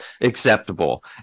acceptable